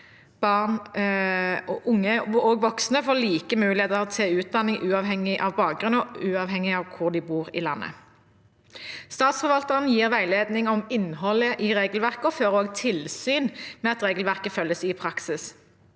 unge og voksne får like muligheter til utdanning, uavhengig av bakgrunn og hvor de bor i landet. Statsforvalteren gir veiledning om innholdet i regelverket og fører også tilsyn med at regelverket følges i praksis.